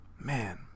Man